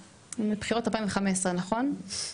נכון?